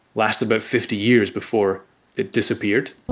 lasted about fifty years before it disappeared.